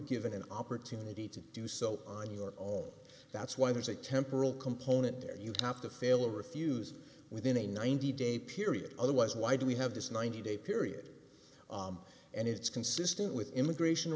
given an opportunity to do so on your own that's why there's a temporal component there you top to fail or refuse within a ninety day period otherwise why do we have this ninety day period and it's consistent with immigration